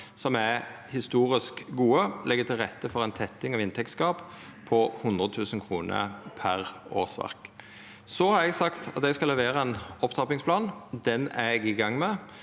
som er historisk gode, og som legg til rette for ei tetting av inntektsgap på 100 000 kr per årsverk. Eg har sagt at eg skal levera ein opptrappingsplan. Den er eg i gang med.